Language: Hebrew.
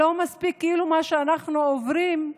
לא מספיק מה שאנחנו עוברות.